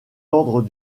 ordres